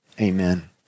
amen